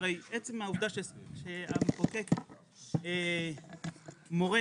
עצם העובדה שהמחוקק מורה